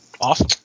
Awesome